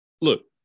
look